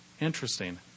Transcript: Interesting